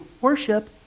worship